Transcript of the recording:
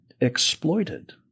exploited